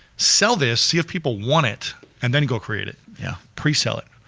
sell this, see if people want it and then go create it. yeah. pre-sell it,